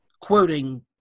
quoting